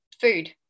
food